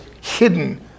hidden